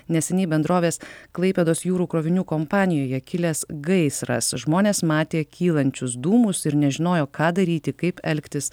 neseniai bendrovės klaipėdos jūrų krovinių kompanijoje kilęs gaisras žmonės matė kylančius dūmus ir nežinojo ką daryti kaip elgtis